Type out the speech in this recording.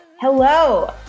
hello